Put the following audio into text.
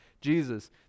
Jesus